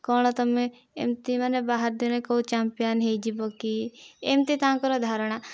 କଣ ତମେ ଏମିତି ମାନେ ବାହାଦୁର କୋଉ ଚମ୍ପିୟାନ ହୋଇଯିବ କି ଏମିତି ତାଙ୍କର ଧାରଣା